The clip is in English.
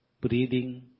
Breathing